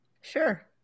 Sure